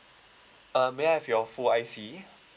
uh may I have your full I_C